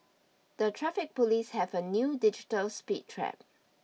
the Traffic Police have a new digital speed trap